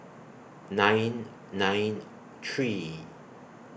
nine nine three